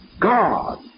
God